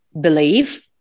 believe